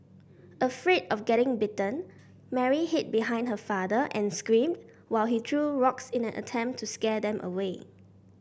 afraid of getting bitten Mary hid behind her father and screamed while he threw rocks in an attempt to scare them away